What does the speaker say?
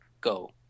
go